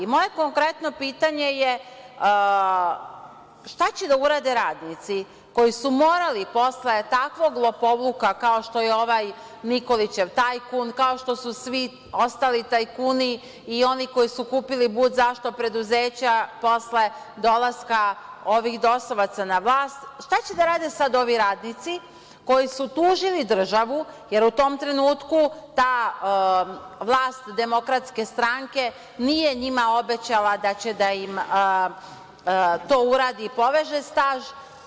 Moje konkretno pitanje je – šta će da urade radnici koji su morali posle takvog lopovluka, kao što je ovaj Nikolićev tajkun, kao što su svi ostali tajkuni i oni koji su kupili bud zašto preduzeća posle dolaska ovih dosovaca na vlast, šta će da rade sad ovi radnici koji su tužili državu, jer u tom trenutku ta vlast DS nije njima obećala da će da im to uradi i poveže staž?